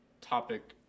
topic